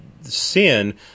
Sin